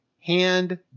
hand